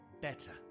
better